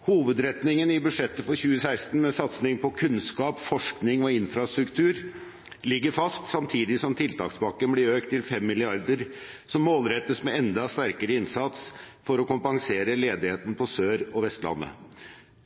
Hovedretningen i budsjettet for 2016, med satsing på kunnskap, forskning og infrastruktur, ligger fast, samtidig som tiltakspakken blir økt til 5 mrd. kr, som målrettes med enda sterkere innsats for å kompensere for ledigheten på Sør- og Vestlandet.